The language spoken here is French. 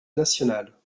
nationale